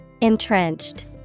Entrenched